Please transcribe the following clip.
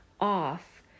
off